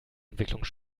entwicklungen